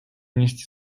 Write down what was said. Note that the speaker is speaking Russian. внести